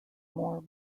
more